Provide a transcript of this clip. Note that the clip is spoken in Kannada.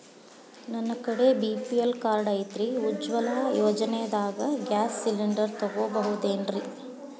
ನನ್ನ ಕಡೆ ಬಿ.ಪಿ.ಎಲ್ ಕಾರ್ಡ್ ಐತ್ರಿ, ಉಜ್ವಲಾ ಯೋಜನೆದಾಗ ಗ್ಯಾಸ್ ಸಿಲಿಂಡರ್ ತೊಗೋಬಹುದೇನ್ರಿ?